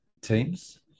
teams